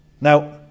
Now